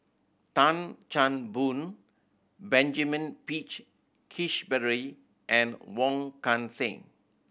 Tan Chan Boon Benjamin Peach Keasberry and Wong Kan Seng